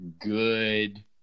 good